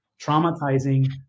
traumatizing